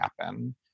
happen